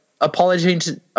apologizing